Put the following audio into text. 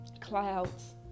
clouds